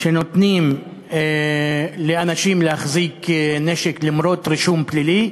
שבה נותנים לאנשים להחזיק נשק למרות רישום פלילי.